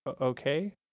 okay